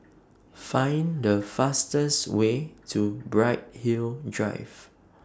Find The fastest Way to Bright Hill Drive